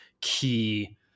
key